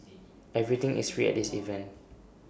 everything is free at this event